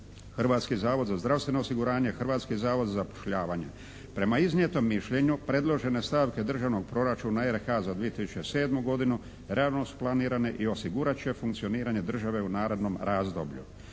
Hrvatski zavod za zdravstveno osiguranje, Hrvatski zavod za zapošljavanje. Prema iznijetom mišljenju predložene stavke Državnog proračuna RH-a za 2007. godinu realno su planirane i osigurat će funkcioniranje države u narednom razdoblju.